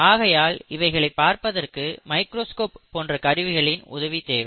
ஆகையால் இவைகளை பார்ப்பதற்கு மைக்ரோஸ்கோப் போன்ற கருவிகளின் உதவி தேவை